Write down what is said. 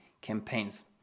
campaigns